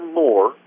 more